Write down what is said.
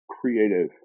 creative